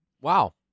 Wow